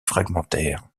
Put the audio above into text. fragmentaire